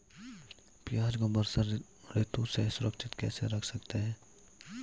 प्याज़ को वर्षा ऋतु में सुरक्षित कैसे रख सकते हैं?